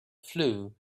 flue